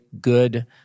good